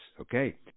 okay